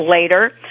later